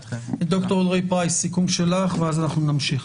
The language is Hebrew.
ד"ר אלרעי-פרייס, סיכום שלך ונמשיך.